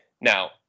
Now